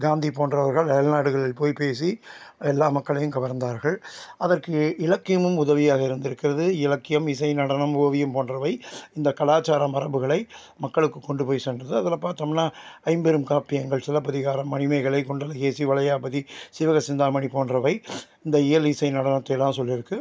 காந்தி போன்றவர்கள் வெளிநாடுகளில் போய் பேசி எல்லா மக்களையும் கவர்ந்தார்கள் அதற்கு இலக்கியமும் உதவியாக இருந்திருக்கிறது இலக்கியம் இசை நடனம் ஓவியம் போன்றவை இந்த கலாச்சாரம் மரபுகளை மக்களுக்கு கொண்டு போய் சென்றது அதில் பாத்தோம்னா ஐம்பெரும் காப்பியங்கள் சிலப்பதிகாரம் மணிமேகலை குண்டலகேசி வளையாபதி சீவகசிந்தாமணி போன்றவை இந்த இயல் இசை நடனத்தையெல்லாம் சொல்லியிருக்கு